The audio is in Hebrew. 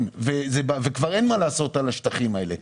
ואז כבר לא יהיה מה לעשות על השטחים האלה.